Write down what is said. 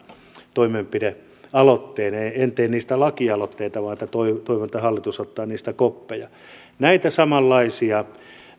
toimenpidealoitteen en tee niistä lakialoitteita vaan toivon että hallitus ottaa niistä koppeja näitä samanlaisia